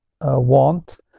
want